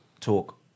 talk